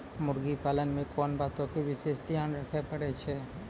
मुर्गी पालन मे कोंन बातो के विशेष ध्यान रखे पड़ै छै?